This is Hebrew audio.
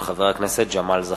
הצעת חבר הכנסת ג'מאל זחאלקה.